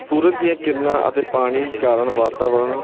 ਸੂਰਜ ਦੀਆਂ ਕਿਰਨਾਂ ਅਤੇ ਪਾਣੀ ਕਾਰਨ ਵਾਤਾਵਰਨ